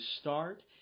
start